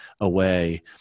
away